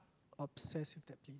obsessed with that pla~